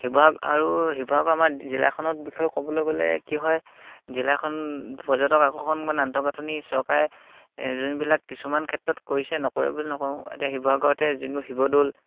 শিৱসাগ আৰু শিৱসাগৰ আমাৰ জিলাখনত বিষয়ে ক'বলৈ গ'লে কি হয় জিলাখন পৰ্যটক আকৰ্ষণ বা আন্তঃগাঁঠনি চৰকাৰে যোনবিলাক কিছুমান ক্ষেত্ৰত কৰিছে নকৰে বুলি নকওঁ এতিয়া শিৱসাগৰতে যোনবোৰ শিৱদৌল